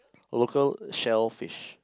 local shellfish